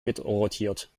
mitrotiert